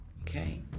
Okay